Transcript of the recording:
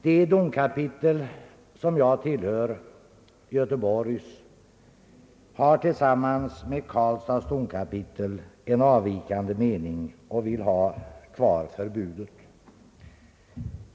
Det domkapitel som jag tillhör — Göteborgs — har tillsammans med Karlstads domkapitel en avvikande mening och vill ha kvar förbudet.